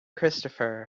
christopher